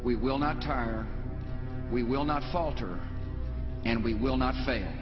we will not tire we will not falter and we will not fa